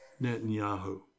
Netanyahu